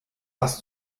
das